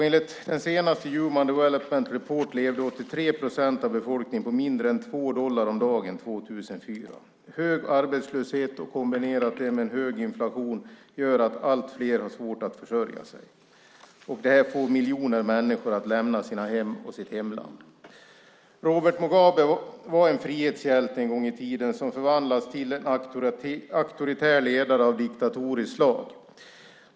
Enligt den senaste Human Development Report levde 83 procent av befolkningen på mindre än 2 dollar om dagen 2004. Hög arbetslöshet kombinerat med hög inflation gör att allt fler har svårt att försörja sig. Det här får miljoner människor att lämna sina hem och sitt hemland. Robert Mugabe var en frihetshjälte en gång i tiden som förvandlades till en auktoritär ledare av diktatoriskt slag.